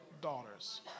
daughters